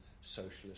socialist